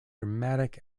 dramatic